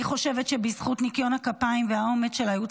אני חושבת שבזכות ניקיון הכפיים והאומץ של הייעוץ